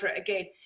again